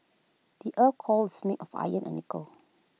the Earth's core is made of iron and nickel